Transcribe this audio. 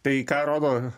tai ką rodo